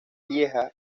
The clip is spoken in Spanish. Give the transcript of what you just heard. lieja